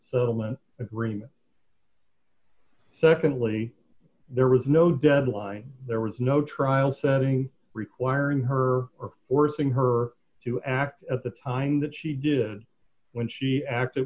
settlement agreement secondly there was no deadline there was no trial setting requiring her or sing her to act at the time that she did when she acted